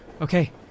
Okay